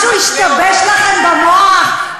משהו השתבש לכם במוח?